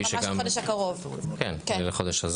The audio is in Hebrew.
נעמה לזימי (יו"ר הוועדה המיוחדת לענייני צעירים): ממש בחודש הקרוב.